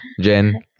Jen